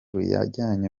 yajyanye